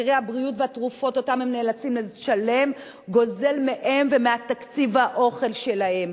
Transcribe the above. מחירי הבריאות והתרופות שהם נאלצים לשלם גוזלים מהם ומתקציב האוכל שלהם.